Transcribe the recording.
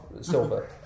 silver